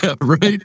Right